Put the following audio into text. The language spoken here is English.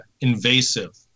invasive